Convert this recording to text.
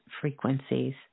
frequencies